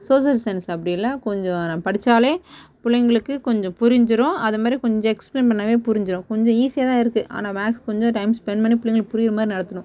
social science அப்படி இல்லை கொஞ்சம் படித்தாலே பிள்ளைங்களுக்கு கொஞ்சம் புரிஞ்சுரும் அது மாதிரி கொஞ்சம் எக்ஸ்ப்ளைன் பண்ணாலே புரிஞ்சிடும் கொஞ்சம் ஈசியாகதான் இருக்குது ஆனால் மேக்ஸ் கொஞ்சம் டைம் ஸ்பென்ட் பண்ணி பிள்ளைங்களுக்கு புரிகிற மாதிரி நடத்தணும்